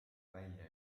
välja